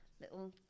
little